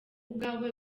ubwawe